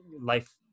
life